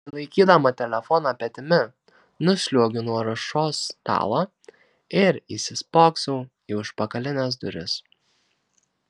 prilaikydama telefoną petimi nusliuogiu nuo ruošos stalo ir įsispoksau į užpakalines duris